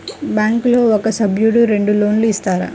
బ్యాంకులో ఒక సభ్యుడకు రెండు లోన్లు ఇస్తారా?